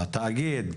התאגיד,